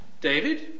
David